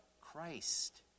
Christ